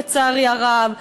לצערי הרב,